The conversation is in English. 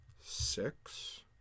six